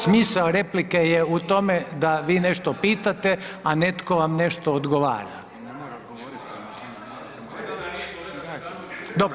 Smisao replike je u tome da vi nešto pitate, a netko vam nešto odgovara. … [[Govornici govore u glas ne razumije se.]] Dobro.